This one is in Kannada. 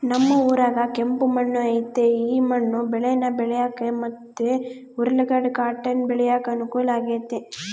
ನಮ್ ಊರಾಗ ಕೆಂಪು ಮಣ್ಣು ಐತೆ ಈ ಮಣ್ಣು ಬೇಳೇನ ಬೆಳ್ಯಾಕ ಮತ್ತೆ ಉರ್ಲುಗಡ್ಡ ಕಾಟನ್ ಬೆಳ್ಯಾಕ ಅನುಕೂಲ ಆಗೆತೆ